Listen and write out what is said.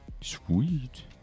Sweet